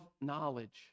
knowledge